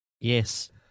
Yes